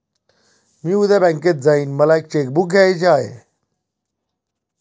मी उद्या बँकेत जाईन मला एक चेक बुक घ्यायच आहे